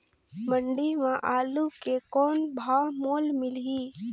मंडी म आलू के कौन भाव मोल मिलही?